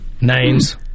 names